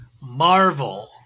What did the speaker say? Marvel